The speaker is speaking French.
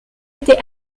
était